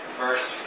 verse